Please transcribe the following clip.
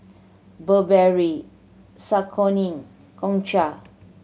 Burberry Saucony Gongcha